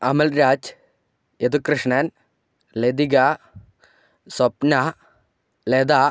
Amalraj Yadukrishnan Lathika Swapna Latha